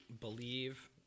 believe